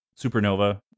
supernova